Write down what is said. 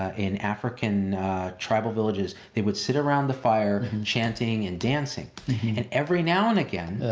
in african tribal villages, they would sit around the fire chanting and dancing and every now and again,